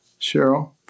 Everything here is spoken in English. Cheryl